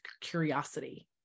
curiosity